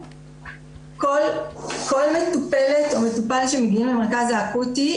כל מטופלת או מטופל שמגיעים למרכז האקוטי,